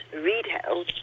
retail